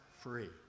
free